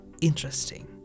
interesting